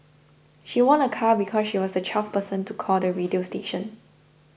she won a car because she was the twelfth person to call the radio station